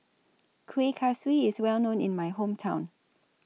Kueh Kaswi IS Well known in My Hometown